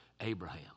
Abraham